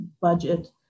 budget